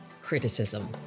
Criticism